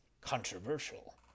controversial